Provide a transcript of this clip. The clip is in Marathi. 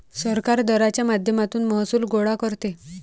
सरकार दराच्या माध्यमातून महसूल गोळा करते